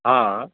ہاں ہاں